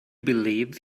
believe